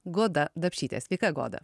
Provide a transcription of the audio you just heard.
goda dapšytė sveika goda